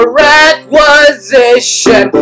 requisition